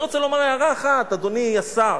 אני רוצה לומר הערה אחת, אדוני השר: